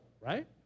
Right